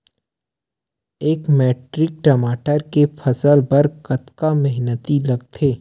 एक मैट्रिक टमाटर के फसल बर कतका मेहनती लगथे?